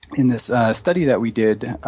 in this study that we did,